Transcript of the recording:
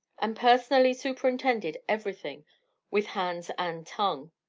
and personally superintended everything with hands and tongue.